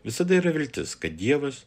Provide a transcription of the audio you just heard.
visada yra viltis kad dievas